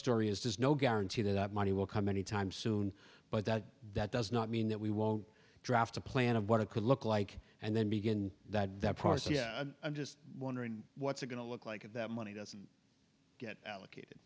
story is there's no guarantee that that money will come anytime soon but that that does not mean that we won't draft a plan of what it could look like and then begin that process yeah i'm just wondering what's it going to look like that money doesn't get allocated